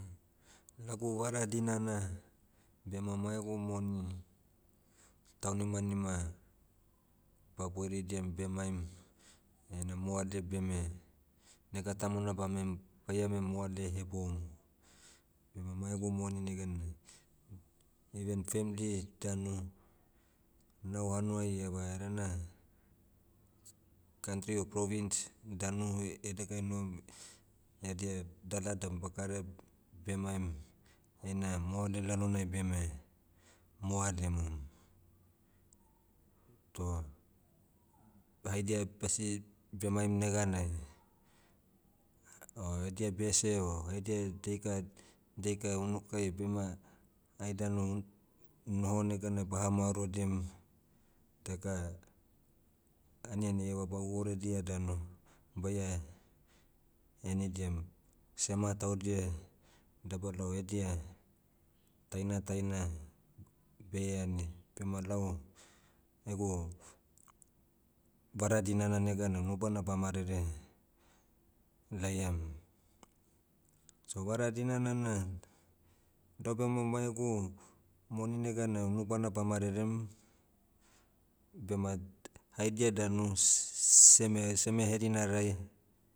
Lagu vara dinana, bema maegu moni, taunimanima, ba boiridiam bemaim, ena moale beme, nega tamona bame- baiame moale heboum. Bema maiegu moni neganai, even femli danu, nao hanuai iava edena, kantri o province, danu edegai enom, edia dala dan bakare, bemaim, heina moale lalonai beme, m oalemum. Toh, haidia basi bemaim neganai, o edia bese o edia daika- daika unukai bema, ai danu, noho neganai baha maorodiam, daka, aniani eva bahu oredia danu, baia, henidiam. Sema taudia, dabalao edia, taina taina, beie ani, bema lau, egu, vara dinana neganai unubana bamarere, laiam. So vara dinana na, doh bema maiegu, moni neganai unubana ba marerem, bema haidia danu s- seme- seme hedinarai